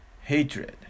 hatred